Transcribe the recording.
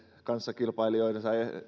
kanssakilpailijoidensa